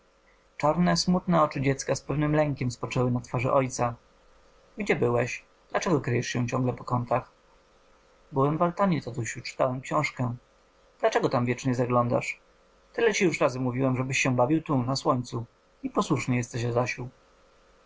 czarne smutne oczy dziecka z pewnym lękiem spoczęły na twarzy ojca gdzie byłeś dlaczego kryjesz się ciągle po kątach byłem w altanie tatusiu czytałem książkę dlaczego tam wiecznie zaglądasz tyle ci już razy mówiłem żebyś się bawił tu na słońcu nieposłuszny jesteś